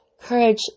Courage